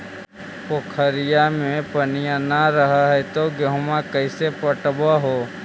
पोखरिया मे पनिया न रह है तो गेहुमा कैसे पटअब हो?